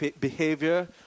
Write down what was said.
behavior